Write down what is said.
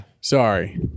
Sorry